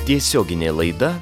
tiesioginė laida